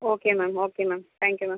okay ma'am okay ma'am thank you ma'am